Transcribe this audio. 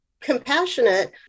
compassionate